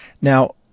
now